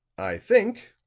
i think,